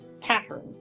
pattern